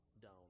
down